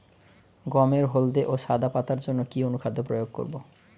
গমের হলদে ও সাদা পাতার জন্য কি অনুখাদ্য প্রয়োগ করব?